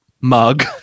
mug